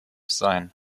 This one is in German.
sein